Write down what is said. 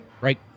right